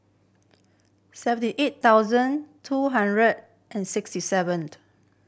seventy eight thousand two hundred and sixty seven